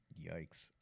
Yikes